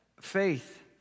faith